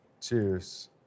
Cheers